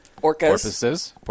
porpoises